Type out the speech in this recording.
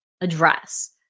address